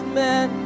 men